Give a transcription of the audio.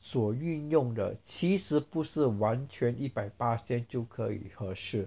所运用的其实不是完全一百巴仙就可以合适